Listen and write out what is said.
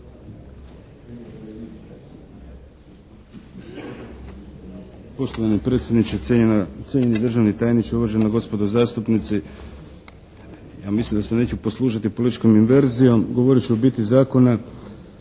Gospodine predsjedniče, cijenjeni državni tajniče, uvažena gospodo zastupnici! Ja mislim da se neću poslužiti političkom inverzijom, govorit ću o biti zakona.